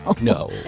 No